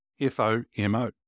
F-O-M-O